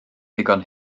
ddigon